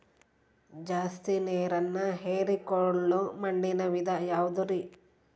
ಜಾಸ್ತಿ ನೇರನ್ನ ಹೇರಿಕೊಳ್ಳೊ ಮಣ್ಣಿನ ವಿಧ ಯಾವುದುರಿ?